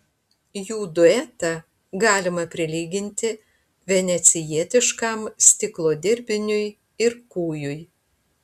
jų duetą galima prilyginti venecijietiškam stiklo dirbiniui ir kūjui